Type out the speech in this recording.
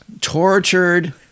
tortured